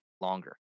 longer